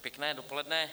Pěkné dopoledne.